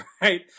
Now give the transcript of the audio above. Right